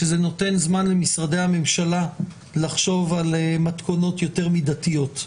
שזה נותן זמן למשרדי הממשלה לחשוב על מתכונות יותר מידתיות.